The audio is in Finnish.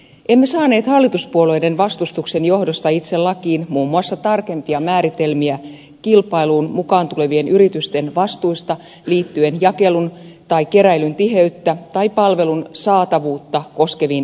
emme saaneet hallituspuolueiden vastustuksen johdosta itse lakiin muun muassa tarkempia määritelmiä kilpailuun mukaan tulevien yritysten vastuista liittyen jakelun tai keräilyn tiheyttä tai palvelun saatavuutta koskeviin ehtoihin